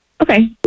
Okay